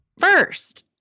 first